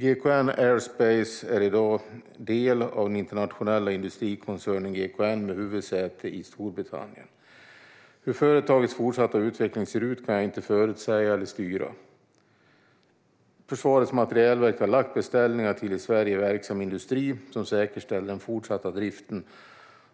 GKN Aerospace är i dag del av den internationella industrikoncernen GKN med huvudsäte i Storbritannien. Hur företagets fortsatta utveckling ser ut kan jag inte förutsäga eller styra. Försvarets materielverk har lagt beställningar till i Sverige verksam industri som säkerställer den fortsatta driften